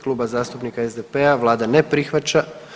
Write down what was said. Kluba zastupnika SDP-a, vlada ne prihvaća.